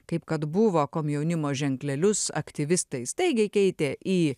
kaip kad buvo komjaunimo ženklelius aktyvistai staigiai keitė į